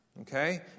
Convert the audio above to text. Okay